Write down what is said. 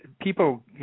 people